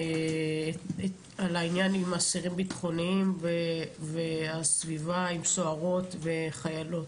העניין עם אסירים ביטחוניים והסביבה עם סוהרות וחיילות.